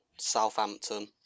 Southampton